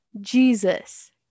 jesus